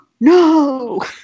no